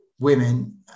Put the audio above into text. women